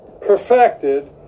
perfected